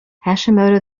hashimoto